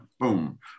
Boom